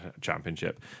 championship